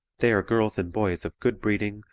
they are girls and boys of good breeding,